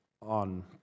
on